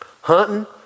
Hunting